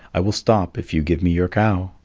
i will stop if you give me your cow.